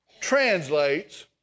translates